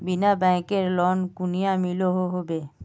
बिना बैंकेर लोन कुनियाँ मिलोहो होबे?